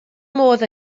modd